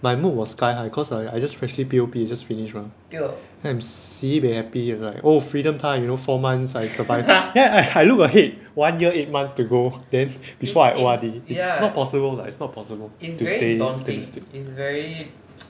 my mood was sky high cause I I just freshly P_O_P just finish mah then I'm sibei happy it was like oh freedom time you know four months I survived then I I look ahead one year eight months to go then before I O_R_D it's not possible lah it's not possible to stay optimistic